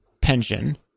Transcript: pension